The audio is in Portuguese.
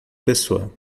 pessoa